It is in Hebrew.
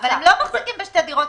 אבל הם לא מחזיקים בשתי דירות,